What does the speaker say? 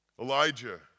Elijah